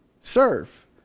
serve